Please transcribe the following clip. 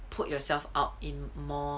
put yourself out in more